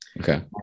okay